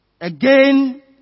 Again